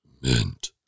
Mint